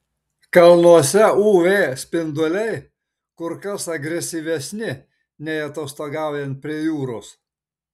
kalnuose uv spinduliai kur kas agresyvesni nei atostogaujant prie jūros